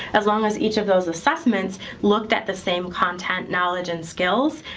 as long as each of those assessments looked at the same content, knowledge, and skills,